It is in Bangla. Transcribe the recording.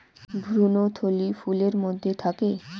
ভ্রূণথলি ফুলের মধ্যে থাকে